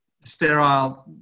sterile